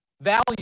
value